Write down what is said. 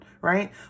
right